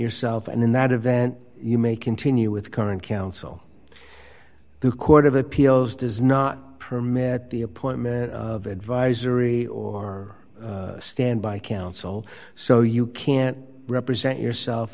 yourself and in that event you may continue with current counsel the court of appeals does not permit the appointment of advisory or standby counsel so you can't represent yourself